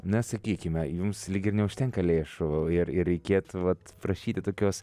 na sakykime jums lyg ir neužtenka lėšų ir ir reikėtų vat prašyti tokios